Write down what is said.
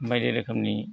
बायदि रोखोमनि